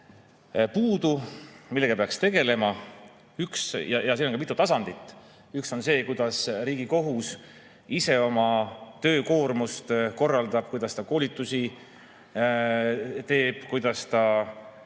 puudu, millega peaks tegelema. Siin on ka mitu tasandit. Üks on see, kuidas Riigikohus ise oma töökoormust korraldab, kuidas ta koolitusi teeb, kuidas ta